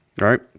right